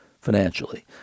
financially